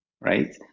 right